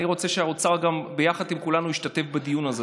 אני רוצה שהאוצר, יחד עם כולנו, ישתתף בדיון הזה.